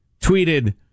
tweeted